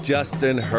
Justin